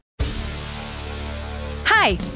Hi